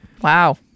Wow